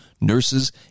nurses